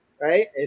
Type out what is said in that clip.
right